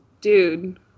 dude